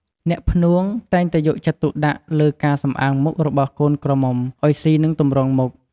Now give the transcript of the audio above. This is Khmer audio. អ្នកភ្នូងតែងតែយកចិត្តទុកដាក់លើការសំអាងមុខរបស់កូនក្រមុំអោយស៊ីនិងទម្រង់មុខ។